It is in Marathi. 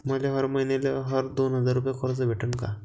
मले हर मईन्याले हर दोन हजार रुपये कर्ज भेटन का?